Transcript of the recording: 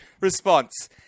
response